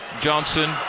Johnson